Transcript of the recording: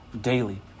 daily